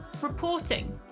Reporting